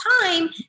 time